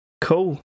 Cool